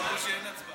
אין הצבעה.